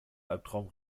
albtraum